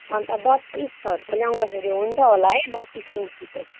अन्त बत्तिसहरूको ल्याउँदाखेरि हुन्छ होला है बत्तिस इन्चीको